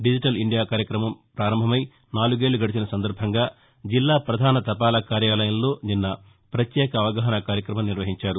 digital India కార్యక్రమం ప్రారంభమై నాలుగేళ్లు గడిచిన సందర్బంగా జిల్లా పధాస తపాలా కార్యాలయంలో నిన్న పత్యేక అవగాహస కార్యక్రమం నిర్వహించారు